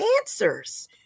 answers